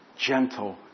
gentle